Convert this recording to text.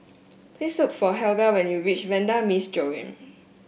please look for Helga when you reach Vanda Miss Joaquim